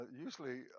usually